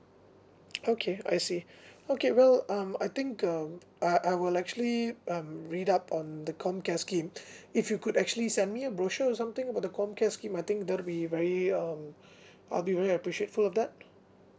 okay I see okay well um I think um I I will actually um read up on the comcare scheme if you could actually send me a brochure or something about the comcare scheme I think that will be very um I'll be very appreciate for that